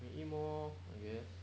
you eat more lor I guess